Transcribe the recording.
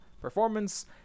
performance